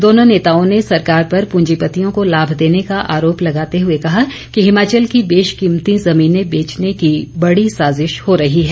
दोनों नेताओं ने पंजीपतियों को लाभ देने के आरोप लगाते हुए कहा कि हिमाचल की बेशकीमती जमीनें बेचने की बड़ी साजिश हो रही है